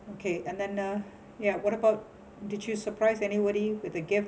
okay and then uh ya what about did you surprise anybody with a gift